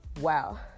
Wow